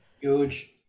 Huge